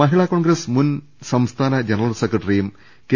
മഹിളാ കോൺഗ്രസ് മുൻ സംസ്ഥാന general secretary യും കെ